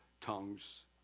tongues